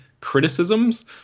criticisms